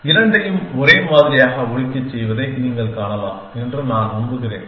இரண்டையும் ஒரே மாதிரியாக ஒலிக்கச் செய்வதை நீங்கள் காணலாம் என்று நான் நம்புகிறேன்